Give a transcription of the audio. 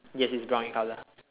yes it's brown in colour